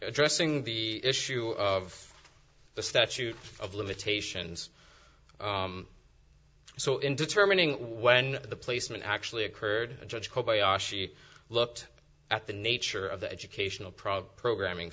addressing the issue of the statute of limitations so in determining when the placement actually occurred a judge kobayashi looked at the nature of the educational prog programming